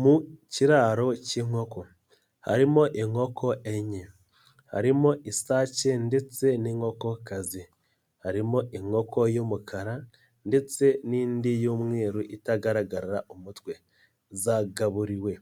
Mu kiraro cy'inkoko harimo inkoko enye, harimo isake ndetse n'inkokokazi, harimo inkoko y'umukara ndetse n'indi y'umweru itagaraga umutwe, zagaburiwe,